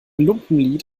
lumpenlied